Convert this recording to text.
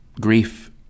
Grief